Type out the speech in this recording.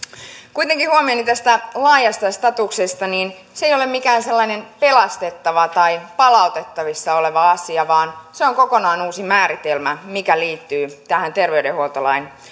kuitenkin huomioni tästä laajasta statuksesta se ei ole mikään sellainen pelastettava tai palautettavissa oleva asia vaan se on kokonaan uusi määritelmä mikä liittyy tähän terveydenhuoltolain